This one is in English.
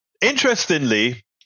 Interestingly